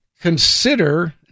consider